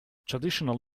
traditional